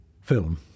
film